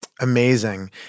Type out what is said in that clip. Amazing